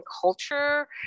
culture